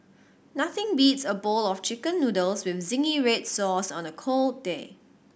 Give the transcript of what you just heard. nothing beats a bowl of Chicken Noodles with zingy red sauce on a cold day